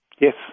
Yes